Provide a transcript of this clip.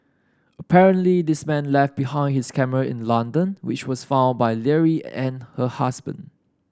apparently this man left behind his camera in London which was found by Leary and her husband